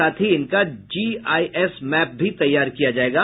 साथ ही इनका जीआईएस मैप भी तैयार किया जायेगा